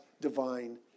divine